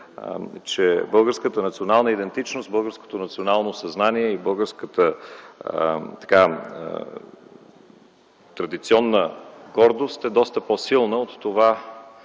че българската национална идентичност, българското национално съзнание и българската традиционна гордост е доста по-силна от едно